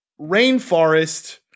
rainforest